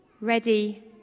ready